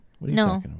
no